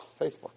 Facebook